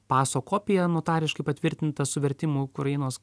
paso kopija notariškai patvirtinta su vertimu ukrainos